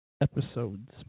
episodes